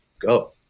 go